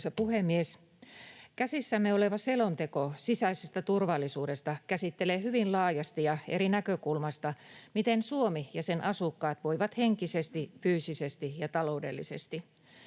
Arvoisa puhemies! Käsissämme oleva selonteko sisäisestä turvallisuudesta käsittelee hyvin laajasti ja eri näkökulmista, miten Suomi ja sen asukkaat voivat henkisesti, fyysisesti ja taloudellisesti.